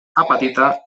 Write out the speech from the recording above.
apatita